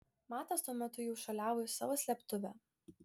matas tuo metu jau šuoliavo į savo slėptuvę